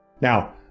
Now